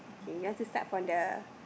K you want to start from the